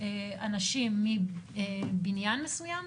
אנשים מבניין מסוים,